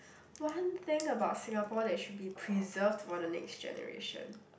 one thing about Singapore that should be preserved for the next generation